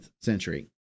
century